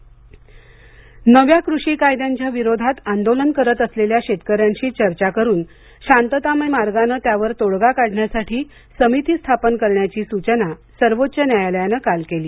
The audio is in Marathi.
सुप्रीम कोर्ट शेतकरी नव्या कृषी कायद्यांच्या विरोधात आंदोलन करत असलेल्या शेतकऱ्यांशी चर्चा करून शांततामय मार्गानं त्यावर तोडगा काढण्यासाठी समिती स्थापन करण्याची सूचना सर्वोच्च न्यायालयानं काल केली